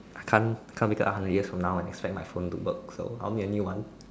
I can't can't wake up a hundred years from now and expect my phone to work so I'll need a new one